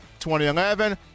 2011